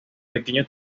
pequeño